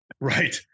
right